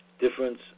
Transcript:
Difference